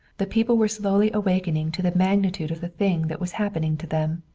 the people were slowly awaking to the magnitude of the thing that was happening to them.